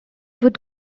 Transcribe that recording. would